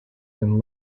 than